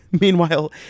Meanwhile